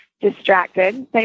distracted